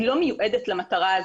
היא לא מיועדת למטרה הזאת.